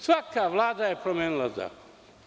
Svaka vlada je promenila zakon.